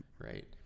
Right